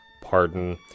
pardon